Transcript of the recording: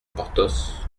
porthos